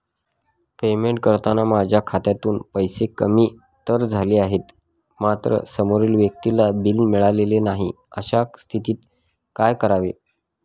Payment करताना माझ्या खात्यातून पैसे कमी तर झाले आहेत मात्र समोरील व्यक्तीला बिल मिळालेले नाही, अशा स्थितीत काय करावे?